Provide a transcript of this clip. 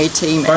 team